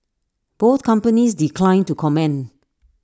both companies declined to comment